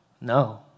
No